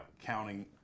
counting